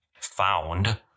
found